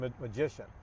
magician